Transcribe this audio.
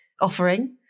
offering